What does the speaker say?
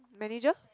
manager